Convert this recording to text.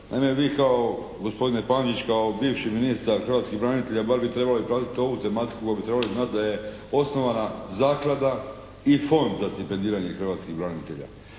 Naime vi kao gospodine Pančić kao bivši ministar hrvatskih branitelja bar bi trebali pratiti ovu tematiku pa bi trebali znati da je osnovana Zaklada i Fond za stipendiranje hrvatskih branitelja.